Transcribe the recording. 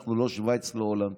אנחנו לא שווייץ, לעולם.